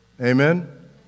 Amen